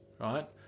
right